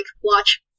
watch